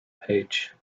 page